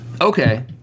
Okay